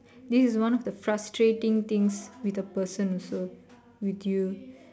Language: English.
this is one of the frustrating things with the person also with you